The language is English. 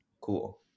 cool